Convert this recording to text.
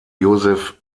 josef